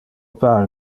pare